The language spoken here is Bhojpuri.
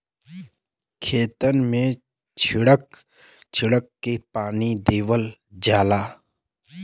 खेतन मे छीड़क छीड़क के पानी देवल जाला